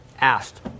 asked